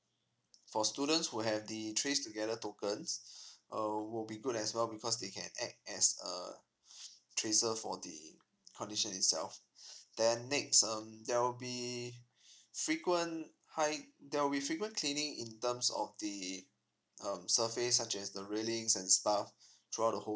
for students who have the trace together tokens uh will be good as well because they can act as uh tracer for the condition itself then next um there will be frequent hi~ it there will be frequent cleaning in terms of the um surface such as the railings and stuff throughout the whole